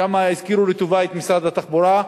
שם הזכירו לטובה את משרד התחבורה,